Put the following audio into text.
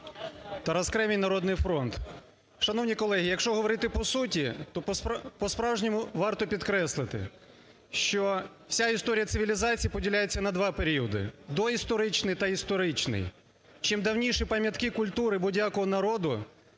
Тарас Кремінь, "Народний фронт". Шановні колеги, якщо говорити по суті, то по-справжньому варто підкреслити, що вся історія цивілізації поділяється на два періоди: доісторичний та історичний. Чим давніші пам'ятки культури будь-якого народу